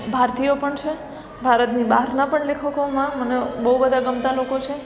ભારતીયો પણ છે ભારતની બહારના પણ લેખકોમાં મને બહુ બધા ગમતા લોકો છે